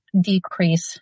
decrease